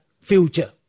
future